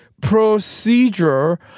procedure